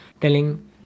telling